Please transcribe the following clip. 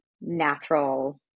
natural